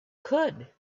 could